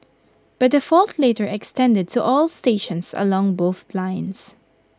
but the fault later extended to all stations along both lines